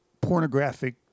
pornographic